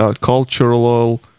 cultural